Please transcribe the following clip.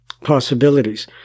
possibilities